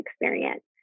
experience